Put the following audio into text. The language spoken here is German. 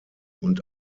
und